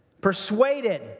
persuaded